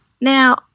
now